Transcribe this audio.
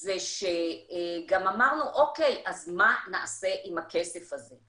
זה שגם אמרנו אוקיי, אז מה נעשה עם הכסף הזה?